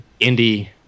indie